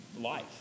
life